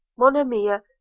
Monomia